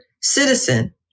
citizen